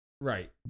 Right